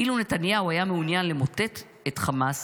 אילו נתניהו היה מעוניין למוטט את החמאס,